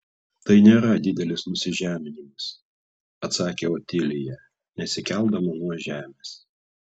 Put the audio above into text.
tai nėra didelis nusižeminimas atsakė otilija nesikeldama nuo žemės